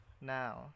now